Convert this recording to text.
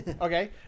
Okay